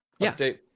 update